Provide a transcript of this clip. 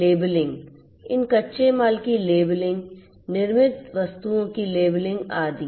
labelling इन कच्चे माल की लेबलिंग निर्मित वस्तुओं की लेबलिंग आदि